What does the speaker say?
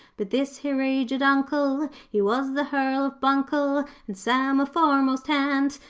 but this here aged uncle he was the hearl of buncle and sam a foremast hand.